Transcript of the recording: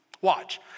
Watch